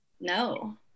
no